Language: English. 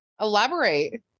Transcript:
elaborate